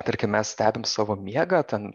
tarkim mes stebim savo miegą ten